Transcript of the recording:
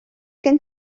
gen